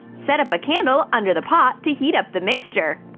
set up a candle under the pot to heat up the mixture.